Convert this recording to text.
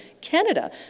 Canada